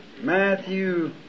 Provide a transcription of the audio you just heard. Matthew